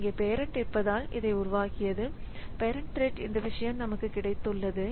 இங்கே பேரன்ட் இருப்பதால் இதை உருவாக்கியது பேரன்ட் த்ரெட் இந்த விஷயம் நமக்கு கிடைத்துள்ளது